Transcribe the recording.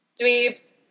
Dweebs